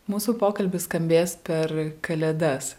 mūsų pokalbis skambės per kalėdas